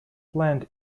plant